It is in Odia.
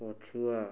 ପଛୁଆ